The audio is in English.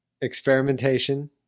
experimentation